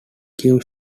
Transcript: cue